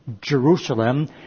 Jerusalem